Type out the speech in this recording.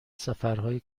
سفرهای